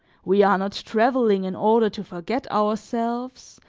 we are not traveling in order to forget ourselves,